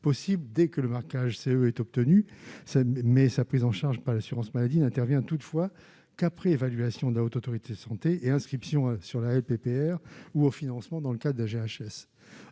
possible, dès que le marquage CE est obtenu ça mais sa prise en charge par l'assurance maladie n'intervient toutefois qu'après évaluation de la Haute autorité de santé et inscription sur la LPPR ou au financement dans le cas de GHM